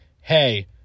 hey